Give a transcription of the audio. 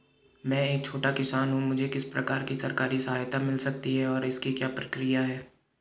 मैं एक छोटा किसान हूँ मुझे किस प्रकार की सरकारी सहायता मिल सकती है और इसकी क्या प्रक्रिया है?